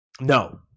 No